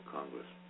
Congress